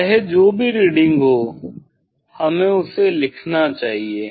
चाहे जो भी रीडिंग हो हमें उसे लिखना चाहिए